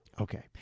Okay